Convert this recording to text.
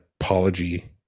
apology